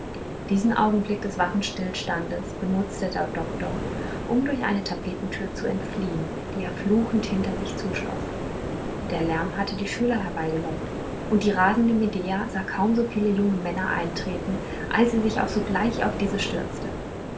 diesen augenblick des waffenstillstandes benutze der doktor um durch eine tapetentüre zu entfliehen die er fluchend hinter sich zuschloß der lärm hatte die schüler herbeigelockt und die rasende medea sah kaum so viele junge männer eintreten als sie sich auch sogleich auf diese stürzte